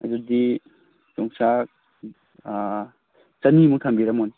ꯑꯗꯨꯗꯤ ꯌꯣꯡꯆꯥꯛ ꯆꯅꯤꯃꯨꯛ ꯊꯝꯕꯤꯔꯝꯃꯣꯅꯦ